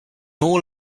all